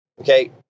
okay